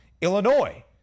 Illinois